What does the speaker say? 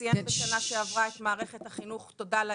סיים שנה שעברה את מערכת החינוך תודה לאל,